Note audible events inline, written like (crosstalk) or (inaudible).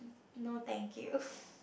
no thank you (breath)